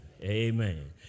Amen